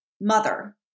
mother